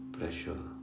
pressure